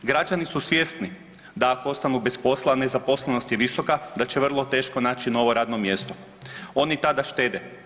Građani su svjesni da ako ostanu bez posla, a nezaposlenost je visoka da će vrlo teško naći novo radno mjesto, oni tada štede.